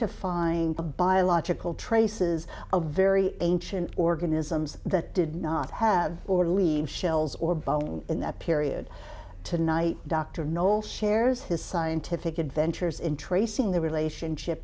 to find a biological traces of very ancient organisms that did not have or leave shells or bone in that period tonight dr noll shares his scientific adventures in tracing the relationship